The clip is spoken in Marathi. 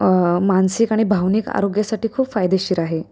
मानसिक आणि भावनिक आरोग्यसाठी खूप फायदेशीर आहे